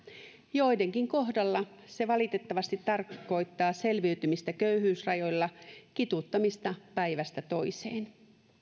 joidenkin kohdalla se valitettavasti tarkoittaa selviytymistä köyhyysrajoilla kituuttamista päivästä toiseen